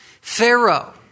pharaoh